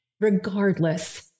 regardless